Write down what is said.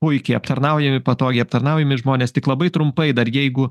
puikiai aptarnaujami patogiai aptarnaujami žmonės tik labai trumpai dar jeigu